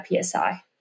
PSI